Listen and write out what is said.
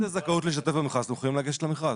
אם זה זכאות להשתתף במכרז אתם זכאים לגשת למכרז.